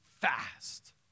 fast